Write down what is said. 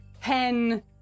pen